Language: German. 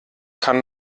kann